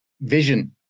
vision